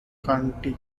county